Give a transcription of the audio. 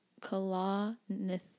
Kalanithi